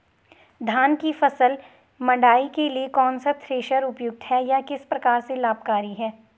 धान की फसल मड़ाई के लिए कौन सा थ्रेशर उपयुक्त है यह किस प्रकार से लाभकारी है?